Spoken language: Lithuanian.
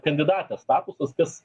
kandidatės statusas kas